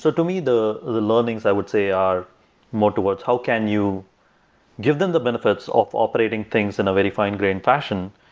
so to me, the the learnings, i would say, are more towards how can you give them the benefits of operating things in a very fine grained fashion,